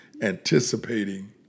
anticipating